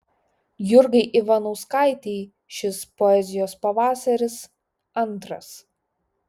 jurgai ivanauskaitei šis poezijos pavasaris antras